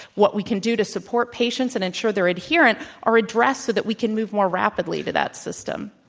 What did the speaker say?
what we can do to support patients and insure their adherence are addressed so that we can move more rapidly to that system.